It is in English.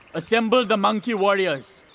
assemble the monkey warriors.